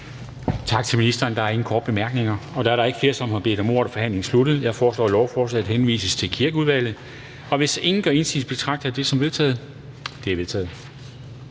Tak til ministeren. Der er ingen korte bemærkninger. Da der ikke er flere, der har bedt om ordet, er forhandlingen sluttet. Jeg foreslår, at lovforslaget henvises til Kirkeudvalget. Hvis ingen gør indsigelse, betragter jeg det som vedtaget. Det er vedtaget.